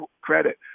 credit